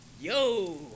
Yo